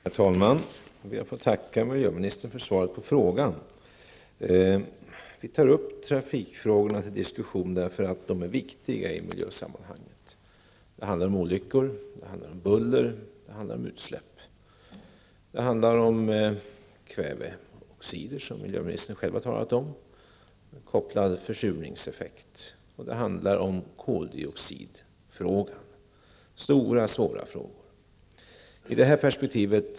Herr talman! Jag ber att få tacka miljöministern för svaret på frågan. Vi tar upp trafikfrågorna till diskussion därför att de är viktiga i miljösammanhang. Det handlar om olyckor, buller, utsläpp, kväveoxider som miljöministern själv har talat om, kopplad försurningseffekt och koldioxidfrågan. Det är stora svåra frågor. Trafiken skall diskuteras i det här perspektivet.